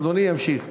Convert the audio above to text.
אדוני ימשיך.